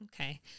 Okay